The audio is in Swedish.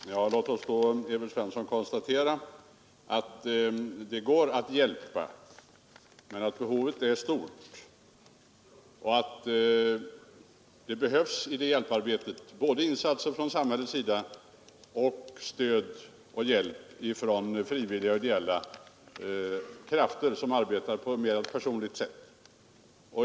Fru talman! Låt oss då konstatera, Evert Svensson, att det går att Onsdagen den hjälpa men att behovet är stort och att det i hjälparbetet behövs insatser 4 april 1973 och stöd både från samhällets sida och från frivilliga och ideella krafter som arbetar på ett mera personligt sätt.